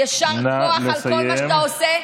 יישר כוח על כל מה שאתה עושה,